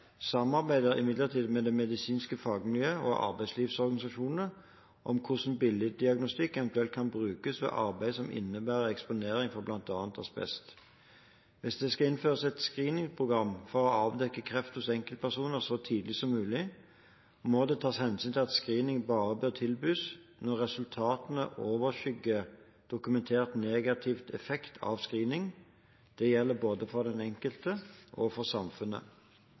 imidlertid med det medisinske fagmiljøet og arbeidslivsorganisasjoner om hvordan bildediagnostikk eventuelt kan brukes ved arbeid som innebærer eksponering for bl.a. asbest. Hvis det skal innføres et screeningprogram for å avdekke kreft hos enkeltpersoner så tidlig som mulig, må det tas hensyn til at screening bare bør tilbys når resultatene overskygger dokumentert negativ effekt av screening – det gjelder både for den enkelte og for samfunnet.